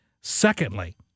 Secondly